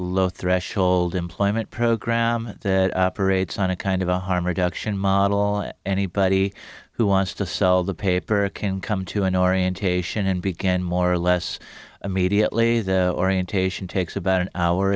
low threshold employment program that parades on a kind of a harm reduction model anybody who wants to sell the paper can come to an orientation and began more or less immediately the orientation takes about an hour